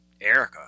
Erica